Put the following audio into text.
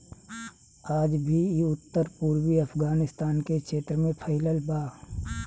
आज भी इ उत्तर पूर्वी अफगानिस्तान के क्षेत्र में फइलल बा